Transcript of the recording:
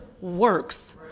works